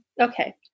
Okay